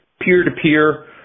Peer-to-peer